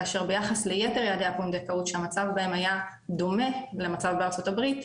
כאשר ביחס ליתר יעדי הפונדקאות שהמצב בהם היה דומה למצב בארצות הברית,